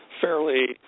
fairly